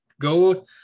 Go